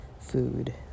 food